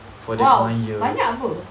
!wow! banyak [pe]